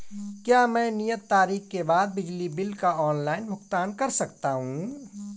क्या मैं नियत तारीख के बाद बिजली बिल का ऑनलाइन भुगतान कर सकता हूं?